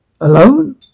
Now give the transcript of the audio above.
alone